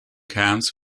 camps